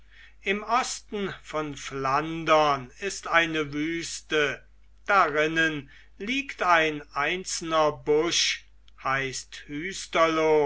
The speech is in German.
im osten von flandern ist eine wüste darinnen liegt ein einzelner busch heißt